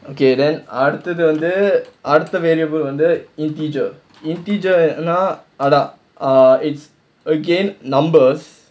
okay then அடுத்தது வந்து அடுத்த:aduthathu vanthu adutha variable வந்து:vanthu integer integer னா அதான்:naa adhaan it's again numbers